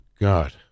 God